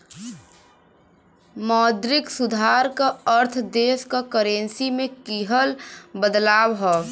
मौद्रिक सुधार क अर्थ देश क करेंसी में किहल बदलाव हौ